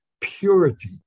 purity